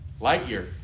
Lightyear